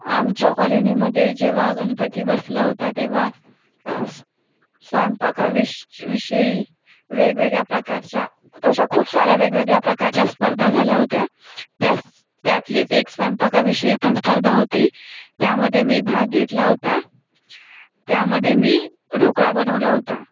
आमच्या कॉलोनीमध्ये जेव्हा गणपती बसला होता तेव्हा स्वयंपाका वि विषयी वेगवेगळ्या प्रकारच्या अशा खूप साऱ्या वेगवेगळ्या प्रकारच्या स्पर्धा झाल्या होत्या त्यात त्यातलीच एक स्वयंपाकाविषयी एक स्पर्धा होती त्यामध्ये मी भाग घेतला होता त्यामध्ये मी ढोकळा बनवला होता